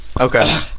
Okay